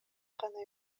гана